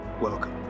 Welcome